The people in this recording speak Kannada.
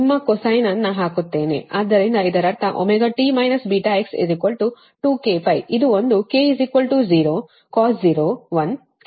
ನಿಮ್ಮ cosine ಅನ್ನು ಹಾಕುತ್ತೇನೆ ಆದ್ದರಿಂದ ಇದರರ್ಥ ωt βx 2kπ ಇದು ಒಂದು k 0 cos 0 1 k 1 cos 2π ಸಹ 360 ಡಿಗ್ರಿ 1 ಮತ್ತು ಹೀಗೆ ಮುಂದುವರೆದರೆ ಸಾಮಾನ್ಯ ವಿಷಯ